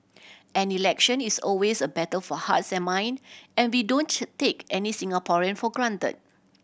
an election is always a battle for hearts and mind and we don't take any Singaporean for granted